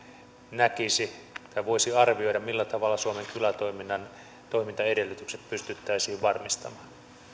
näkisi tai voisi arvioida millä tavalla suomen kylätoiminnan toimintaedellytykset pystyttäisiin varmistamaan